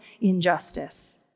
injustice